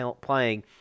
playing